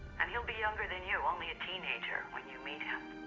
and he'll be younger than you, only a teenager when you meet him.